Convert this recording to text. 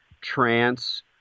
trance